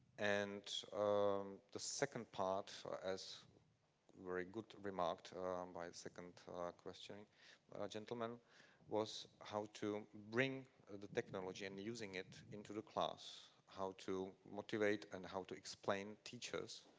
and um the second part, as were good remarked by the second questioning gentleman was how to bring the technology and using it into the class, how to motivate and how to explain teachers